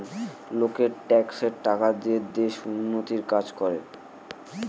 লোকের ট্যাক্সের টাকা দিয়ে দেশের উন্নতির কাজ করা হয়